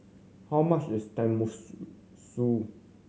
how much is Tenmusu